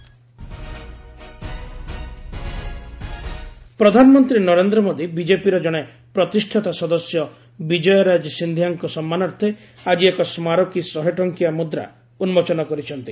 PM କଏନ୍ ପ୍ରଧାନମନ୍ତ୍ରୀ ନରେନ୍ଦ୍ର ମୋଦୀ ବିଜେପିର ଜଣେ ପ୍ରତିଷ୍ଠାତା ସଦସ୍ୟ ବିଜୟାରାଜେ ସିନ୍ଧିଆଙ୍କ ସମ୍ମାନାର୍ଥେ ଆଜି ଏକ ସ୍କାରକୀ ଶହେଟଙ୍କିଆ ମୁଦ୍ରା ଉନ୍ଦୋଚନ କରିଛନ୍ତି